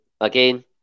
Again